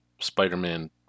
Spider-Man